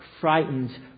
frightened